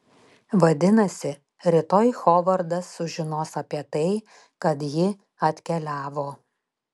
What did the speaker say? vadinasi rytoj hovardas sužinos apie tai kad ji atkeliavo